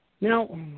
Now